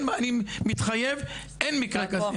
אני מתחייב אין מקרה כזה.